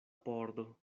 pordo